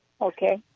Okay